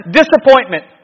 disappointment